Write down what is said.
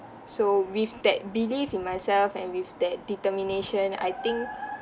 so with that belief in myself and with that determination I think